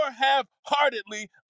half-heartedly